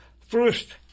First